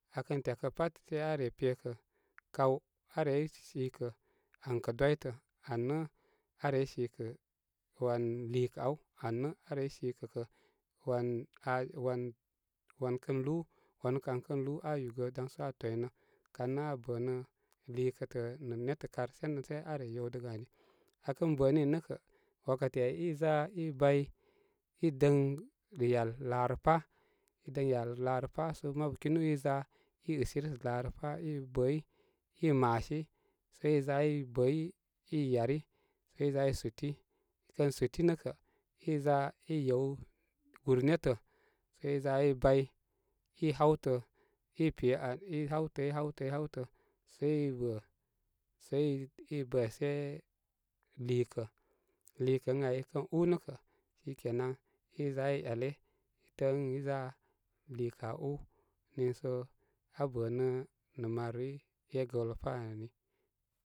Aa kən tyakə pat sei á re pekə kaw á rey sikə an kə dwitə anə á rey sikə wan lúkə aw anə áreysikə kə wan, á wan-wan kən lúú, wanu kan kən lúú á yugə dan sə á toynə kan nə á bənə liikətə nə netə kar sənan sə á re yewdəgə ari a kən bə nini nə kə, wakati ai iza a i bay i daŋ yal laarə pá i dəŋ yal laarə pá sə mabu kinu iza i ɨsiri sə laa rə pá i bəy, i maasi sə i za i bəy i yari sə i za i súti ikən súti nə kə iza i yew gúr nétə, sə i za yew gúr nétə, sə i za i bay, i hátə, i pe an i hawtə, i hawtə, i hawtə sə i bə sə i bə se liikə, lii kən ay kən unə kə shi ke na. Sə i za i yale i təə ə n iza lii kə ú niisə aa bənə nə maroroi e gəwpá ani.